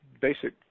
basic